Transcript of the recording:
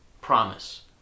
promise